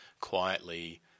quietly